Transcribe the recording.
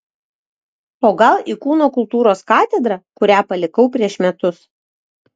o gal į kūno kultūros katedrą kurią palikau prieš metus